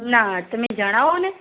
ના તમે જણાવોને